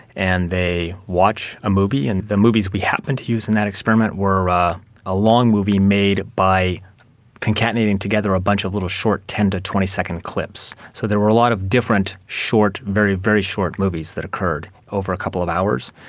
and they watch a movie, and the movies we happen to use in that experiment were ah a long movie made by concatenating together a bunch of little short ten to twenty second clips. so there were a lot of different, short, very, very short movies that occurred over a couple of hours.